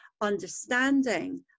understanding